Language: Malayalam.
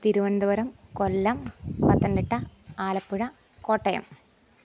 തിരുവനന്തപുരം കൊല്ലം പത്തനംതിട്ട ആലപ്പുഴ കോട്ടയം